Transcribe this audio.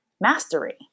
mastery